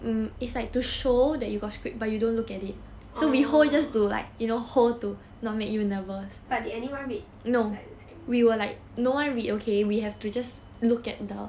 oh but did anyone read like the script